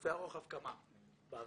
גופי הרוחב גם באוויר.